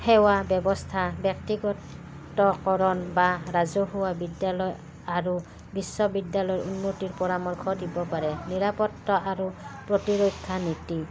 সেৱা ব্যৱস্থা ব্যক্তিগতকৰণ বা ৰাজহুৱা বিদ্যালয় আৰু বিশ্ববিদ্যালয়ৰ উন্নতিৰ পৰামৰ্শ দিব পাৰে নিৰাপত্তা আৰু প্ৰতিৰক্ষা নীতি